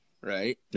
right